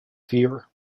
fear